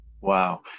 wow